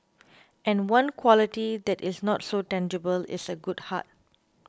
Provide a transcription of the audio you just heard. and one quality that is not so tangible is a good heart